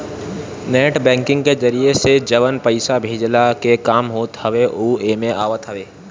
net banking के जरिया से जवन पईसा भेजला के काम होत हवे उ एमे आवत हवे